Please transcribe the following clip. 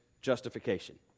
justification